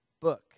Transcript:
book